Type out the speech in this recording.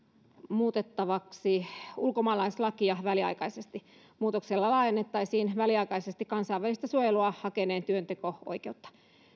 muutettavaksi ulkomaalaislakia väliaikaisesti muutoksella laajennettaisiin väliaikaisesti kansainvälistä suojelua hakeneen työnteko oikeutta